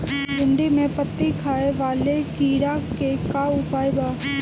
भिन्डी में पत्ति खाये वाले किड़ा के का उपाय बा?